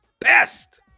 best